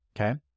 okay